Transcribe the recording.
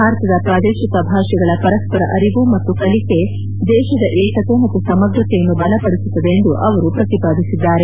ಭಾರತದ ಪ್ರಾದೇಶಿಕ ಭಾಷೆಗಳ ಪರಸ್ಪರ ಅರಿವು ಮತ್ತು ಕಲಿಕೆ ದೇಶದ ಏಕತೆ ಮತ್ತು ಸಮಗ್ರತೆಯನ್ನು ಬಲಪಡಿಸುತ್ತದೆ ಎಂದು ಅವರು ಪ್ರತಿಪಾದಿಸಿದ್ದಾರೆ